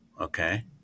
okay